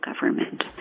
government